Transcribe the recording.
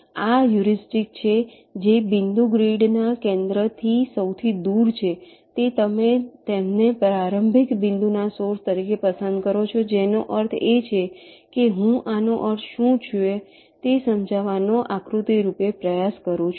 તેથી આ હ્યુરિસ્ટિક કહે છે કે જે બિંદુ ગ્રીડના કેન્દ્રથી સૌથી દૂર છે તે તમે તેને પ્રારંભિક બિંદુના સોર્સ તરીકે પસંદ કરો છો જેનો અર્થ એ છે કે હું આનો અર્થ શું છે તે સમજાવવાનો આકૃતિ રૂપે પ્રયાસ કરું છું